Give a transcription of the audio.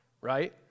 right